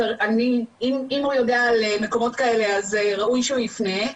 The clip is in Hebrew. אם הוא יודע על מקורות כאלה אז ראוי שהוא יפנה.